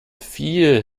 viel